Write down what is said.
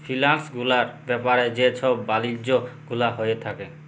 ফিলালস গুলার ব্যাপারে যে ছব বালিজ্য গুলা হঁয়ে থ্যাকে